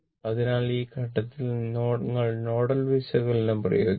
അതിനാൽ ഈ ഘട്ടത്തിൽ നിങ്ങൾ നോഡൽ വിശകലനം പ്രയോഗിക്കുക